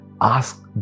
Ask